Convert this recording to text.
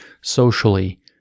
socially